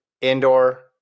indoor